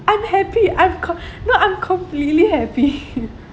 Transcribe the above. I am happy I'm com~ no I'm completely happy